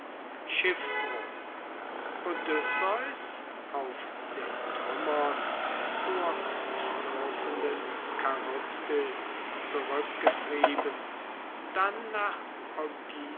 schiffbruch odysseus auf den trümmern zur schlurfenden charybdis zurückgetrieben dann nach